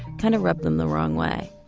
kind of rubbed them the wrong way.